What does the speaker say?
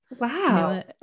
Wow